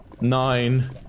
nine